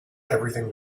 everything